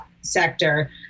sector